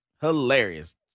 Hilarious